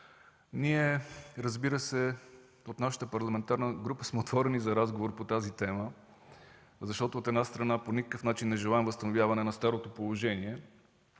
Министерския съвет. От нашата парламентарна група, разбира се, сме отворени за разговор по тази тема, защото, от една страна, по никакъв начин не желаем възстановяване на старото положение,